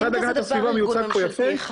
אין כזה דבר ארגון ממשלתי אחד.